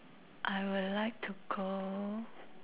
I would like to go